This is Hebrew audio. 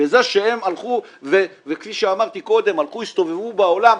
בזה שהם הלכו וכפי שאמרתי קודם הסתובבו בעולם,